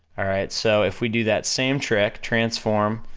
alright, so if we do that same trick, transform,